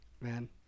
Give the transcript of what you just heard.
man